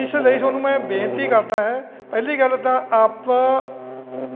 ਇਸ ਲਈ ਤੁਹਾਨੂੰ ਮੈਂ ਬੇਨਤੀ ਕਰਦਾ ਹੈ ਪਹਿਲੀ ਗੱਲ ਤਾਂ ਆਪ